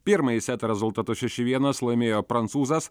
pirmąjį setą rezultatu šeši vienas laimėjo prancūzas